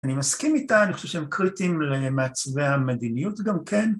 אני מסכים איתה, אני חושב שהם קריטים למעצבי המדיניות גם כן.